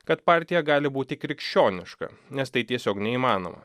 kad partija gali būti krikščioniška nes tai tiesiog neįmanoma